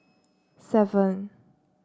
seven